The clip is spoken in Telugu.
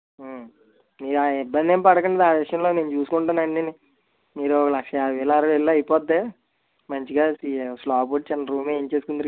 మీరా ఆ ఇబ్బంది ఏం పడకండి ఆ విషయంలో నేను చూసుకుంటాను అవి అన్ని మీరు ఓ లక్ష యాభైలో అరవైలో అయిపోతుంది మంచిగా స్లాబ్ చిన్న రూమ్ వేయించేసుకుందురు కానీ